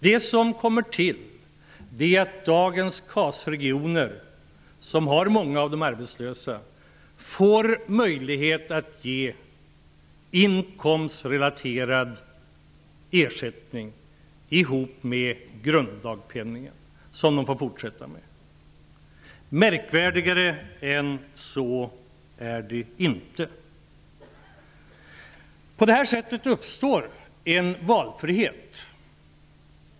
Det som kommer till är att dagens KAS-regioner, som har många av de arbetslösa, får möjlighet att ge inkomstrelaterad ersättning ihop med grunddagpenningen. Märkvärdigare än så är det inte. På detta sätt uppstår en valfrihet.